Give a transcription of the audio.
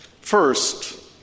First